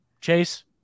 Chase